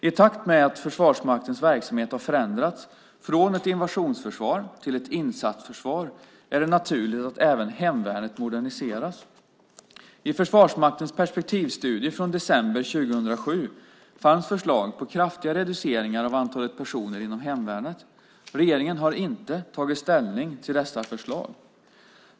I takt med att Försvarsmaktens verksamhet har förändrats från ett invasionsförsvar till ett insatsförsvar är det naturligt att även hemvärnet moderniseras. I Försvarsmaktens perspektivstudie från december 2007 fanns förslag på kraftiga reduceringar av antalet personer inom hemvärnet. Regeringen har inte tagit ställning till dessa förslag.